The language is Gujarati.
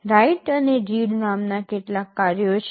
રાઇટ અને રીડ નામના કેટલાક કાર્યો છે